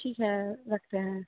ठीक है रखते हैं ठीक है